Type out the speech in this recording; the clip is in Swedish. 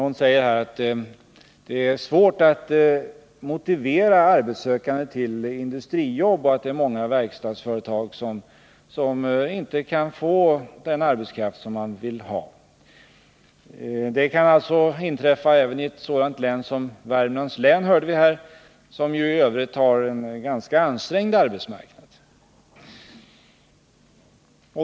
Hon sade att det är svårt att motivera arbetssökande att ta industrijobb och att många verkstadsföretag inte kan få den arbetskraft som de vill ha. Vi hörde att detta kan inträffa även i ett sådant län som Värmlands län som ju i övrigt har en ganska ansträngd arbetsmarknad.